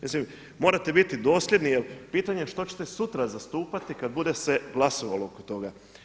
Mislim, morate biti dosljedni jer pitanje je što ćete sutra zastupati kada bude se glasovalo oko toga.